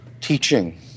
teaching